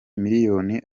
miliyoni